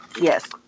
Yes